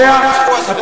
מהשמאל, רק רצחו מהשמאל.